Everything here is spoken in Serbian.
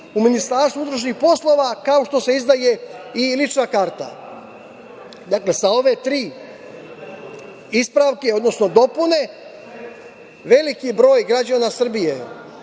po istoj proceduri u MUP kao što se izdaje i lična karta. Dakle, sa ove tri ispravke, odnosno dopune, veliki broj građana Srbije,